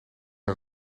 een